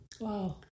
Wow